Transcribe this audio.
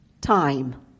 Time